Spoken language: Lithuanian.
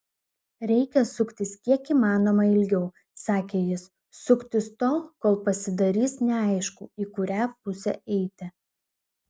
reikia suktis kiek įmanoma ilgiau sakė jis suktis tol kol pasidarys neaišku į kurią pusę eiti